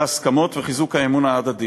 בהסכמות ובחיזוק האמונה ההדדית.